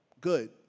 good